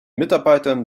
mitarbeitern